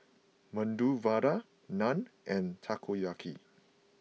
Medu Vada Naan and Takoyaki